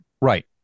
Right